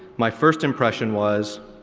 my first impression was,